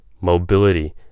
mobility